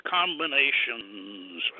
combinations